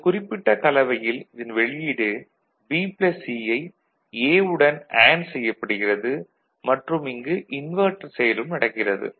இந்த குறிப்பிட்ட கலவையில் இதன் வெளியீடு B C ஐ A வுடன் அண்டு செய்யப்படுகிறது மற்றும் இங்கு இன்வெர்ட்டர் செயலும் நடக்கிறது